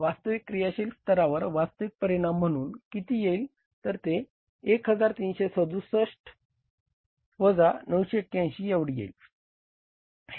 वास्तविक क्रियाशील स्तरावर वास्तविक परिणाम म्हणून किती येईल तर ते 1337 वजा 981 एवढे येईल